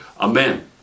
Amen